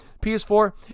PS4